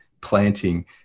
planting